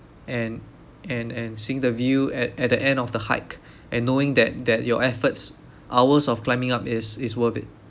and and and seeing the view at at the end of the hike and knowing that that your efforts hours of climbing up is is worth it